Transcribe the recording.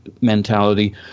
mentality